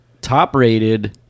top-rated